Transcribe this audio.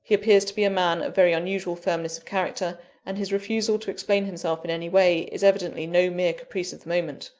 he appears to be a man of very unusual firmness of character and his refusal to explain himself in any way, is evidently no mere caprice of the moment.